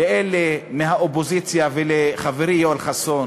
לאלה מהאופוזיציה ולחברי יואל חסון,